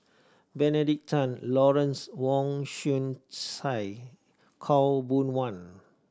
Benedict Tan Lawrence Wong Shyun Tsai Khaw Boon Wan